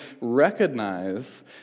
recognize